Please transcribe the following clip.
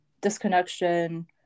disconnection